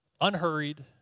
Unhurried